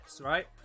Right